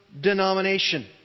denomination